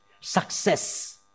success